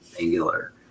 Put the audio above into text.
Angular